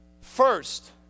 first